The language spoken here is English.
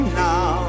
now